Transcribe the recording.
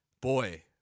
boy